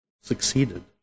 succeeded